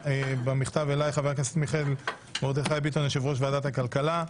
במכתב אליי חבר הכנסת מיכאל מרדכי ביטון יושב-ראש ועדת הכלכלה: